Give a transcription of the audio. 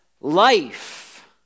life